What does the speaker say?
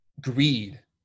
greed